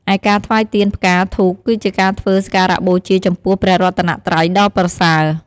ឯការថ្វាយទៀន ផ្កា ធូប គឺជាការធ្វើសក្ការបូជាចំពោះព្រះរតនត្រ័យដ៏ប្រសើរ។